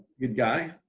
good guy.